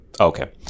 Okay